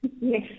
Yes